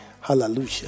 hallelujah